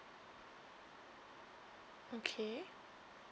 okay